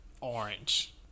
orange